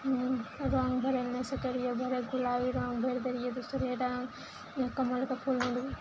रङ्ग भरय लए नहि सकय रहियइ गुलाबी रङ्ग भरि देलियइ दोसरे रङ्ग कमलके फूल